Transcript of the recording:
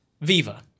Viva